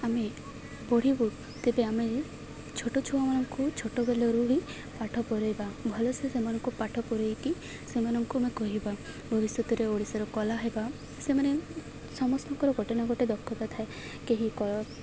ଆମେ ପଢ଼ିବୁ ତେବେ ଆମେ ଛୋଟ ଛୁଆମାନଙ୍କୁ ଛୋଟ ବେଳରୁ ହିଁ ପାଠ ପଢ଼ାଇବା ଭଲସେ ସେମାନଙ୍କୁ ପାଠ ପଢ଼ାଇକି ସେମାନଙ୍କୁ ଆମେ କହିବା ଭବିଶ୍ୟତରେ ଓଡ଼ିଶାର କଳା ହେବା ସେମାନେ ସମସ୍ତଙ୍କର ଗୋଟେ ନା ଗୋଟେ ଦକ୍ଷତା ଥାଏ କେହି କ